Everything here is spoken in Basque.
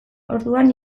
orduan